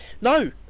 No